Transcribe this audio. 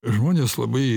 žmonės labai